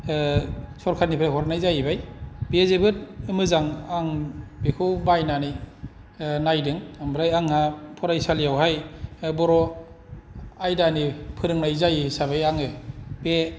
सरकारनिफाय हरनाय जाहैबाय बियो जोबोद मोजां आं बेखौ बायनानै नायदों ओमफ्राय आंहा फरायसालिआवहाय बर' आयदानि फोरोंनाय जायो हिसाबै आङो बे